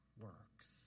works